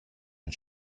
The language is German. mit